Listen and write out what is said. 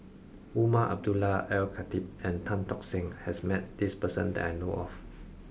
Umar Abdullah Al Khatib and Tan Tock Seng has met this person that I know of